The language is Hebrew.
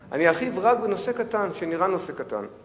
ארחיב, אני ארחיב רק בנושא קטן, שנראה נושא קטן,